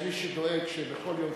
יש מי שדואג שבכל יום,